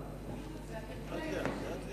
זה התרגול היומי שלו.